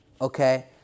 okay